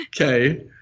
Okay